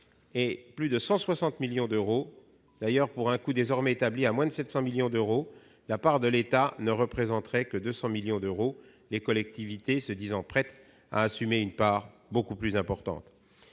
de plus de 160 millions d'euros pour un coût désormais établi à moins de 700 millions d'euros. La part de l'État ne représenterait que 200 millions d'euros, les collectivités se disant prêtes à assumer une part beaucoup plus importante.